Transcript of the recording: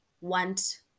want